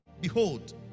behold